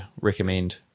recommend